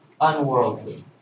unworldly